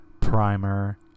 primer